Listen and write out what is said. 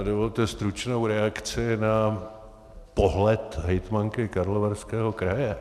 Dovolte stručnou reakci na pohled hejtmanky Karlovarského kraje.